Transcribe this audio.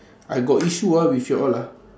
I got issue ah with you all ah